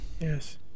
Yes